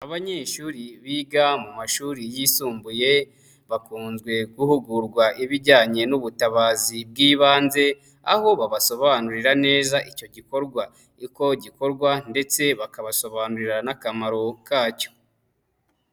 Abanyeshuri biga mu mashuri yisumbuye ,bakunzwe guhugurwa ibijyanye n'ubutabazi bw'ibanze. Aho babasobanurira neza icyo gikorwa uko gikorwa ndetse bakabasobanurira n'akamaro kacyo.